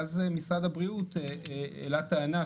ואז משרד הבריאות העלה טענה,